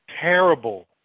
terrible